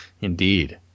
indeed